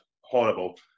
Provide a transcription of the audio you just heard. horrible